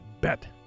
bet